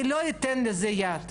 אני לא אתן לזה יד.